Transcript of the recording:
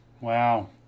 Wow